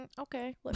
okay